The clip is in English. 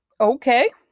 Okay